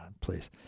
please